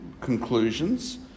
conclusions